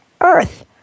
earth